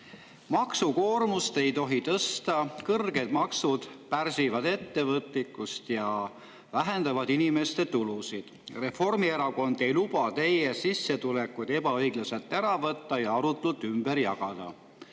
maksukoormust ei tohi tõsta, sest kõrged maksud pärsivad ettevõtlikkust ja vähendavad inimeste tulusid. Reformierakond ei luba teie sissetulekuid ebaõiglaselt ära võtta ja arutult ümber jagada.